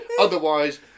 Otherwise